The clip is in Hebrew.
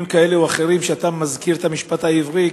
כאלה או אחרים כשאתה מזכיר את המשפט העברי,